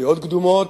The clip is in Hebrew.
בדעות קדומות,